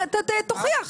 תוכיח.